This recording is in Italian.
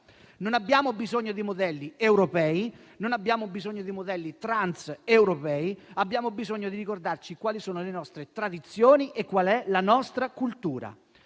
Non abbiamo bisogno di modelli europei. Non abbiamo bisogno di modelli transeuropei. Abbiamo bisogno di ricordarci quali sono le nostre tradizioni e qual è la nostra cultura.